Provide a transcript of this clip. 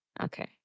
Okay